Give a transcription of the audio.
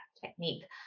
technique